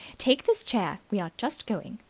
take this chair. we are just going.